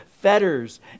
fetters